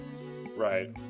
Right